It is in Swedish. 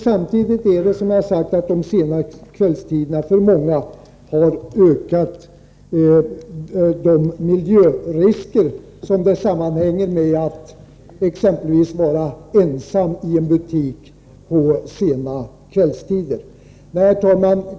Samtidigt har de sena kvällstiderna för många ökat de miljörisker som sammanhänger med att exempelvis vara ensam i en butik på sen kvällstid. Herr talman!